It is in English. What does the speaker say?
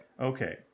Okay